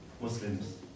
Muslims